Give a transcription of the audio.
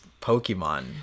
Pokemon